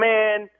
Man